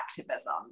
activism